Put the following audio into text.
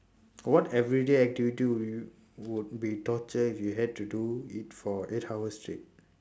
what everyday activity would you would be torture if you had to do it for eight hour straight